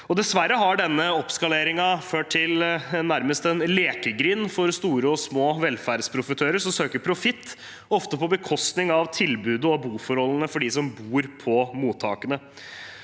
Dessverre har denne oppskaleringen ført til nærmest en lekegrind for store og små velferdsprofitører, som ofte søker profitt på bekostning av tilbudet og boforholdene for dem som bor på mottakene.